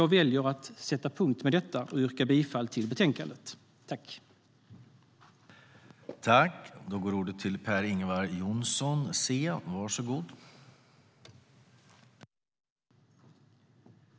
Jag väljer därför att sätta punkt med detta och yrkar bifall till förslaget i betänkandet.